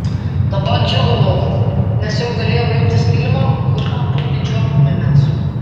dabar džiūgavau nes jau galėjau imtis kilimo kuriuo abu didžiuotumėmės